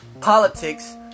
politics